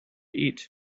eat